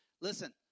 listen